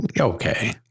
Okay